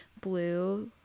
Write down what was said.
blue